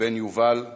הבן יובל,